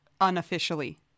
unofficially